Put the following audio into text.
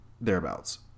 thereabouts